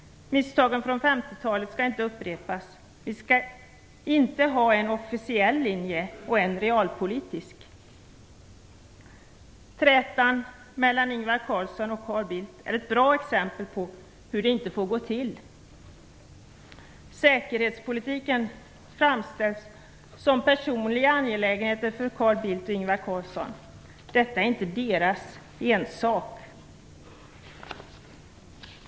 Misstagen från 50 talet skall inte upprepas. Vi skall inte ha en officiell linje och en realpolitisk. Trätan mellan Ingvar Carlsson och Carl Bildt är ett bra exempel på hur det inte får gå till. Säkerhetspolitiken framställs som personliga angelägenheter för Carl Bildt och Ingvar Carlsson. Detta är inte deras ensak.